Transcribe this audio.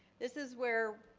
this is where